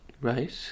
Right